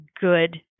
good